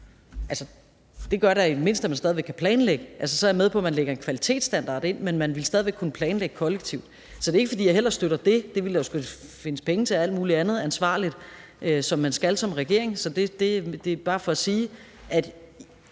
Det gør da i det mindste, at man stadig kan planlægge. Så jeg er med på, at man lægger en kvalitetsstandard ind, men man ville stadig kunne planlægge kollektivt. Så det er ikke, fordi jeg hellere støtter det. Det ville man som ansvarlig regering skulle finde penge til og gøre alt muligt andet ansvarligt for. Det er bare for at sige, at